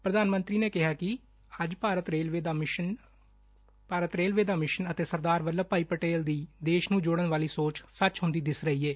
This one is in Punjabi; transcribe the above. ਪ੍ਰਧਾਨ ਮੰਤਰੀ ਨੇ ਕਿਹਾ ਕਿ ਅੱਜ ਭਾਰਤੀ ਰੇਲਵੇ ਦਾ ਮਿਸ਼ਨ ਅਤੇ ਸਰਦਾਰ ਵੱਲਭ ਭਾਈ ਪਟੇਲ ਦੀ ਦੇਸ਼ ਨੂੰ ਜੋੜਨ ਦੀ ਸੋਚ ਸੱਚ ਹੁੰਦੀ ਦਿਸ ਰਹੀ ਏ